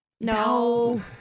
No